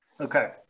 Okay